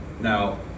Now